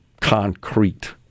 concrete